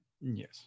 Yes